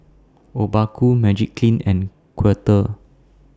Obaku Magiclean and Quaker